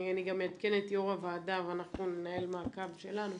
אני גם אעדכן את יו"ר הוועדה ואנחנו ננהל מעקב שלנו,